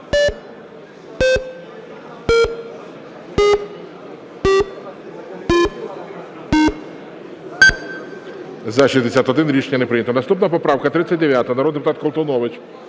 За-61 Рішення не прийнято. Наступна поправка – 39-а, народний депутат Колтунович.